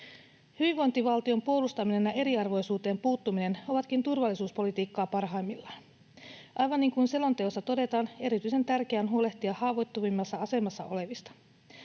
Hyvinvointivaltion puolustaminen ja eriarvoisuuteen puuttuminen ovatkin turvallisuuspolitiikkaa parhaimmillaan. Aivan niin kuin selonteossa todetaan, erityisen tärkeää on huolehtia haavoittuvimmassa asemassa olevista.